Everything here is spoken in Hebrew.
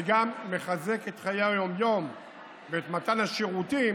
זה גם מחזק את חיי היום-יום ואת מתן השירותים